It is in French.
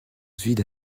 vides